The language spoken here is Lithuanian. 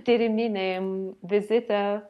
tyriminiam vizite